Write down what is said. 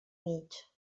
mig